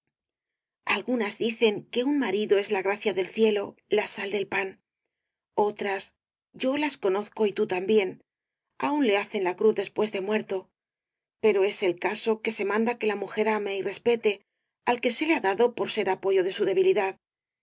algunas dicen que un marido es la gracia del cielo la sal del pan otras yo las conozco y tú también aun le hacen la cruz después de muerto pero es el caso que se manda que la mujer ame y respete al que se le ha dado para ser apoyo de su debilidad